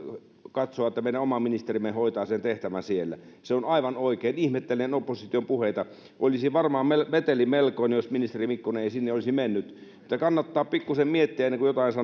katsoa että meidän oma ministerimme hoitaa sen tehtävän siellä se on aivan oikein ihmettelen opposition puheita olisi varmaan meteli melkoinen jos ministeri mikkonen ei sinne olisi mennyt että kannattaa pikkusen miettiä ennen kuin jotain sanoo